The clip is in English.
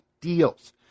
deals